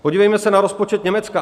Podívejme se na rozpočet Německa.